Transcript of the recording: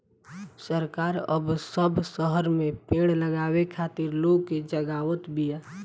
सरकार अब सब शहर में पेड़ लगावे खातिर लोग के जगावत बिया